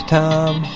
time